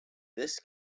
this